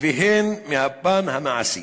והן מהפן המעשי.